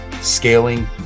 scaling